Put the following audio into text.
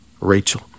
Rachel